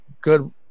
good